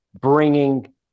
bringing